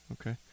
okay